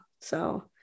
so-